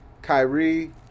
Kyrie